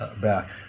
back